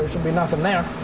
be nothing there.